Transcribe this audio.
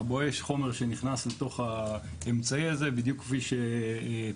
ה"בואש" חומר שנכנס לתוך האמצעי הזה בדיוק כפי שתואר,